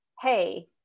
hey